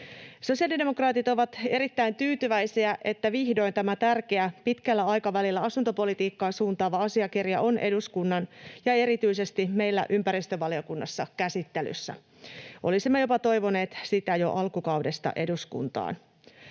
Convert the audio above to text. Sosiaalidemokraatit ovat erittäin tyytyväisiä, että vihdoin tämä tärkeä, pitkällä aikavälillä asuntopolitiikkaa suuntaava asiakirja on eduskunnassa ja erityisesti meillä ympäristövaliokunnassa käsittelyssä. Olisimme jopa toivoneet sitä jo alkukaudesta eduskuntaan.